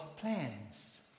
plans